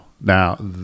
Now